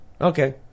Okay